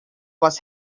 was